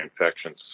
infections